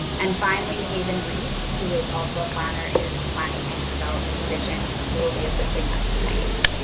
and finally, haven reese, who is also a planner in the planning and development division who will be assisting us tonight.